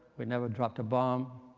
we never dropped a bomb.